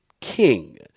king